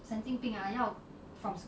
mm